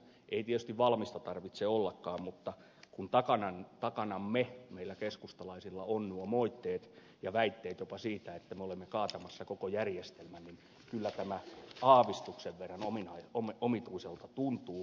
ei tietysti valmista tarvitse ollakaan mutta kun takanamme meillä keskustalaisilla ovat nuo moitteet ja väitteet jopa siitä että me olemme kaatamassa koko järjestelmän niin kyllä tämä aavistuksen verran omituiselta tuntuu